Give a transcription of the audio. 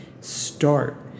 start